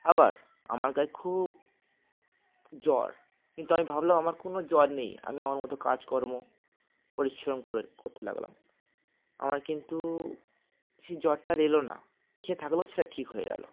আবার আমার গায়ে খুব জ্বর কিন্তু আমি ভাবলাম আমার কোনো জ্বর নেই আমি আমার মতো কাজকর্ম পরিশ্রম করে করতে লাগলাম আমার কিন্তু সেই জ্বরটা আর এলো না এসে থাকলেও সেটা ঠিক হয়ে গেল